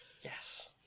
Yes